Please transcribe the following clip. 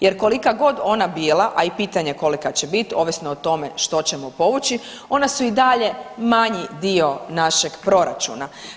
Jer kolika god ona bila a i pitanje je kolika će biti ovisno o tome što ćemo povući ona su i dalje manji dio našeg proračuna.